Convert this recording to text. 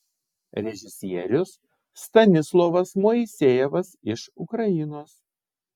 režisierius stanislovas moisejevas iš ukrainos